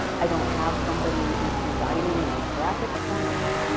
i don't have somebody who is designing nice graphics for me,